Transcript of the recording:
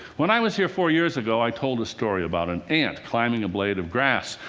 when i was here four years ago, i told the story about an ant climbing a blade of grass.